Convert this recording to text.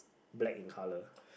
black in colour